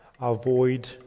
avoid